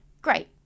Great